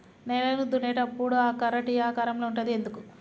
నేలను దున్నేటప్పుడు ఆ కర్ర టీ ఆకారం లో ఉంటది ఎందుకు?